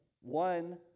One